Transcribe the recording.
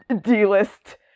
D-list